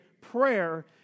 prayer